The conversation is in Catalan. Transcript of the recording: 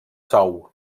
sou